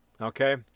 Okay